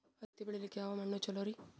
ಹತ್ತಿ ಬೆಳಿಲಿಕ್ಕೆ ಯಾವ ಮಣ್ಣು ಚಲೋರಿ?